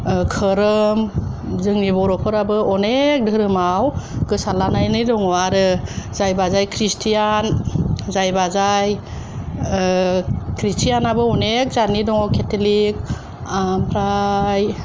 ओ खोरोम जोंनि बर'फोराबो अनेखहाय धोरोमआव गोसारलानानै दङ आरो जायबाजाय खृष्टियान जायबाजाय ओ खृष्टियान आबो अनेख जादनि दङ केट'लिक ओमफ्राइ